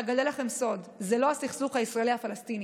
אגלה לכם סוד: זה לא הסכסוך הישראלי פלסטיני,